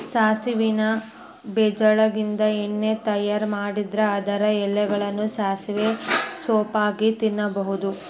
ಸಾಸವಿ ಬೇಜಗಳಿಂದ ಎಣ್ಣೆ ತಯಾರ್ ಮಾಡಿದ್ರ ಅದರ ಎಲೆಗಳನ್ನ ಸಾಸಿವೆ ಸೊಪ್ಪಾಗಿ ತಿನ್ನಬಹುದು